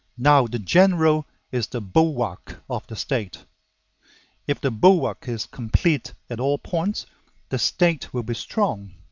now the general is the bulwark of the state if the bulwark is complete at all points the state will be strong